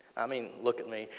i mean, look at me.